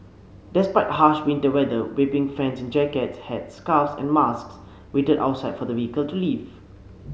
despite harsh winter weather weeping fans in jackets hats scarves and masks waited outside for the vehicle to leave